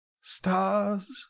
stars